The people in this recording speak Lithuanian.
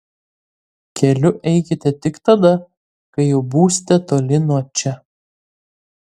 keliu eikite tik tada kai jau būsite toli nuo čia